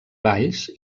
valls